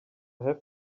have